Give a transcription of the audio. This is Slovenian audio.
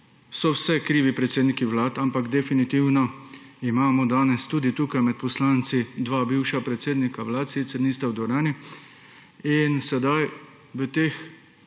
za vse krivi predsedniki vlad, ampak definitivno imamo danes tudi tukaj med poslanci dva bivša predsednika vlad, sicer nista v dvorani. V teh